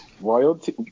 Royalty